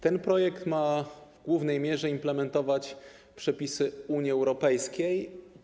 Ten projekt ma w głównej mierze implementować przepisy Unii Europejskiej.